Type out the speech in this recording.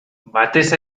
batez